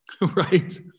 Right